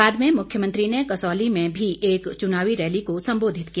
बाद में मुख्यमंत्री ने कसौली में भी एक चुनावी रैली को संबोधित किया